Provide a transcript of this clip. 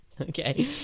Okay